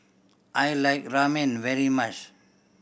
I like Ramen very much